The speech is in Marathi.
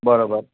बरोबर